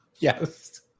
yes